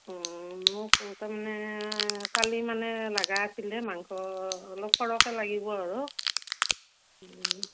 মোক তাৰমানে কালি মানে লগা আছিল মাংস অলপ সৰহকৈ লাগিব আৰু